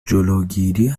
جلوگیری